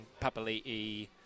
Papali'i